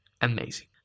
amazing